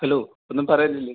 hello ഒന്നും പറയാനില്ലേ